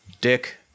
Dick